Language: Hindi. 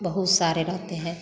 बहुत सारे रहते हैं